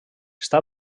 està